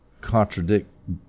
contradict